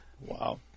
Wow